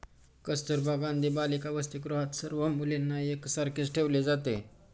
कस्तुरबा गांधी बालिका वसतिगृहात सर्व मुलींना एक सारखेच ठेवले जाते